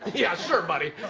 yeah, sure, buddy.